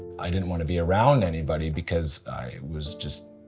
i didn't want to be around anybody, because i was just